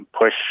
push